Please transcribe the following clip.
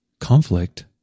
Conflict